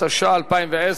התש"ע 2010,